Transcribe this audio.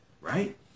right